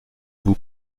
vous